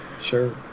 sure